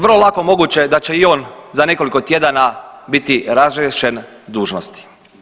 Vrlo lako moguće da će i on za nekoliko tjedana biti razriješen dužnosti.